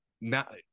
now